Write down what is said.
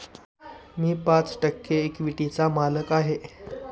मी पाच टक्के इक्विटीचा मालक आहे